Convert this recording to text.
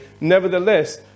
Nevertheless